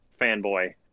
fanboy